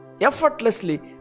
effortlessly